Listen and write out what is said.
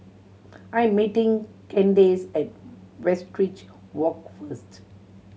I'm meeting Candace at Westridge Walk first